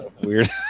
weird